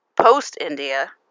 post-India